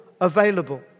available